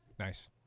Nice